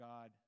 God